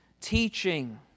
teaching